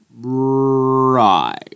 Right